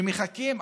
שמחכים,